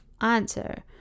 answer